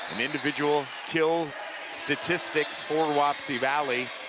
an individual kill statistics for wapsie valley,